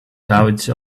couch